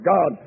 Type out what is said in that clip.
God